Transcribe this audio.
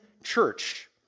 Church